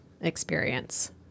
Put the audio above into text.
experience